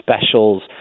specials